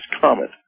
comet